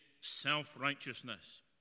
self-righteousness